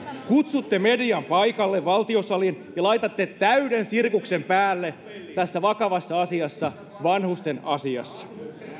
kutsutte median paikalle valtiosaliin ja laitatte täyden sirkuksen päälle tässä vakavassa vanhusten asiassa